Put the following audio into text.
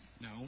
No